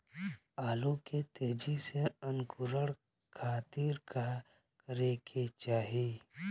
आलू के तेजी से अंकूरण खातीर का करे के चाही?